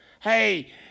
Hey